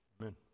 amen